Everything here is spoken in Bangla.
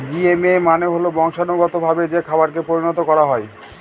জিএমও মানে হল বংশানুগতভাবে যে খাবারকে পরিণত করা হয়